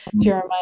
Jeremiah